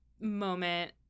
moment